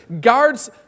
guards